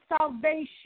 salvation